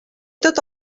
tot